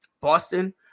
Boston